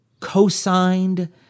co-signed